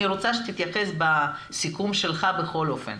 אני רוצה שתתייחס בסיכום שלך בכל אופן,